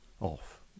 off